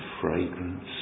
fragrance